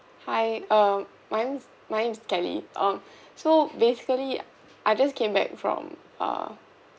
hi um my name my name is kelly um so basically I just came back from uh